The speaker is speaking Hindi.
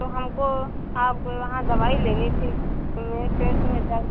तो हमको आपके वहाँ दवाई लेनी थी तो मेरे पेट में दर्द